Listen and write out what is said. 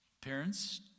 parents